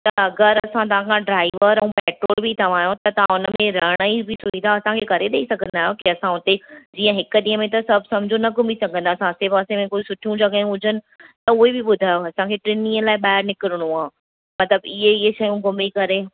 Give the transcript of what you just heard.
त अगरि असां तव्हांखां ड्राईवर ऐं पेट्रोल बि तव्हांजो त तव्हां हुनमें रहण जी बि सुविधा असांखे करे ॾेई सघंदा आहियो की असां हुते जीअं हिकु ॾींहं में त सभु समझूं न घुमी सघंदा असां आसे पासे में कोई सुठियूं जॻहियूं हुजनि त उहे बि ॿुधायो असांखे टिनि ॾींहंनि लाइ बाहिरि निकिरणो आहे मतिलबु इहे इहे शयूं घुमी करे